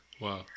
Wow